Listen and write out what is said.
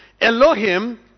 Elohim